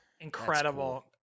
incredible